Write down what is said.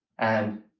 and